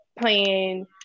playing